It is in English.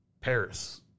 Paris